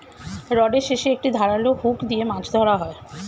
রডের শেষে একটি ধারালো হুক দিয়ে মাছ ধরা হয়